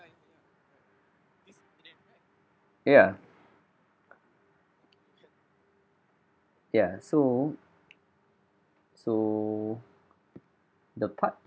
ya ya so so the part